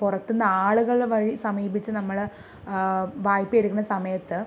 പുറത്തു നിന്ന് ആളുകൾ വഴി സമീപിച്ച് നമ്മൾ വായ്പയെടുക്കുന്ന സമയത്ത്